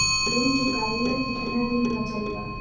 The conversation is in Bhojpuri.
लोन चुकावे ला कितना दिन बचल बा?